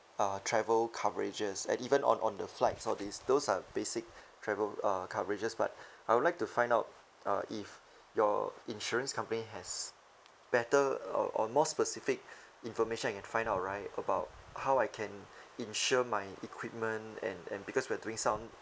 uh travel coverages and even on on the flights all these those are basic travel uh coverages but I would like to find out uh if your insurance company has better or or more specific information I can find out right about how I can insure my equipment and and and because we're doing some